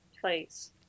place